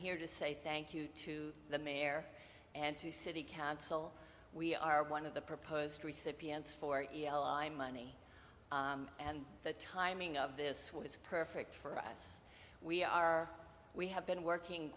here to say thank you to the mayor and to city council we are one of the proposed recipients for money and the timing of this was perfect for us we are we have been working